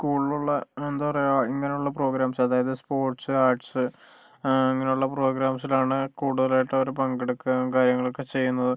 സ്കൂളിലൊള്ള എന്താ പറയുക ഇങ്ങനൊള്ള പ്രോഗ്രാംസ് അതായത് സ്പോർട്സ് ആർട്സ് ഇങ്ങനെയുള്ള പ്രോഗ്രാംസിലാണ് കൂടുതലായിട്ടും അവര് പങ്കെടുക്കുകയും കാര്യങ്ങളൊക്കെ ചെയ്യുന്നത്